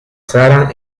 sara